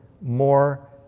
more